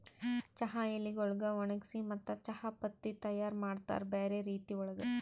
ಚಹಾ ಎಲಿಗೊಳಿಗ್ ಒಣಗಿಸಿ ಮತ್ತ ಚಹಾ ಪತ್ತಿ ತೈಯಾರ್ ಮಾಡ್ತಾರ್ ಬ್ಯಾರೆ ರೀತಿ ಒಳಗ್